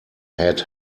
had